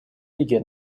лиги